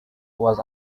was